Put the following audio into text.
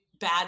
Bad